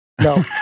no